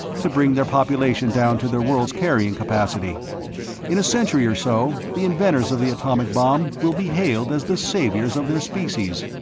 to bring their population down to their world's carrying capacity in a century or so, the inventors of the atomic bomb will be hailed as the saviors of their species.